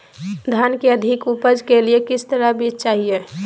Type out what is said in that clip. धान की अधिक उपज के लिए किस तरह बीज चाहिए?